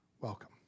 Welcome